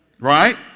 right